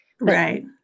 right